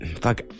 fuck